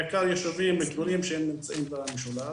בעיקר יישובים גדולים שהם נמצאים במשולש.